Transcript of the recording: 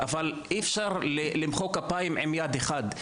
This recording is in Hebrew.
אבל אי אפשר למחוא כפיים עם יד אחת,